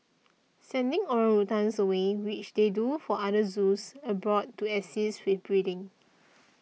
sending orangutans away which they do for other zoos abroad to assist with breeding